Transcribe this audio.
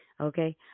okay